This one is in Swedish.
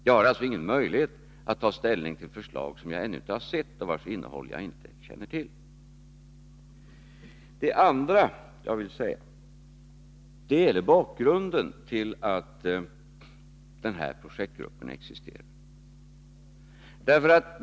Jag har alltså ingen möjlighet att ta ställning till förslag som jag ännu inte sett och vilkas innehåll jag inte känner till. Det andra som jag ville ta upp gäller bakgrunden till att den här projektgruppen existerar.